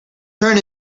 turn